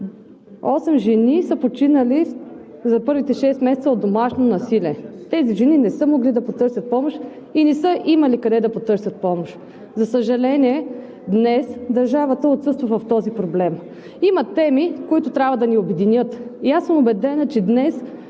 жени са починали за първите шест месеца от домашно насилие. Тези жени не са могли да потърсят помощ и не са имали къде да потърсят помощ. За съжаление, днес държавата отсъства от този проблем. Има теми, които трябва да ни обединят, и аз съм убедена, че днес